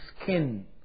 skin